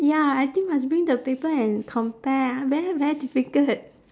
ya I think must bring the paper and compare ah very very difficult